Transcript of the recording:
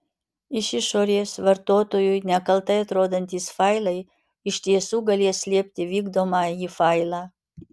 iš išorės vartotojui nekaltai atrodantys failai iš tiesų galės slėpti vykdomąjį failą